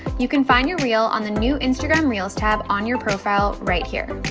you can find your real on the new instagram reel's tab on your profile right here.